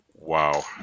Wow